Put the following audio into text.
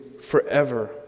forever